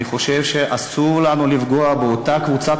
אני חושב שאסור לנו לפגוע באותה קבוצת